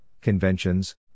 conventions